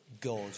God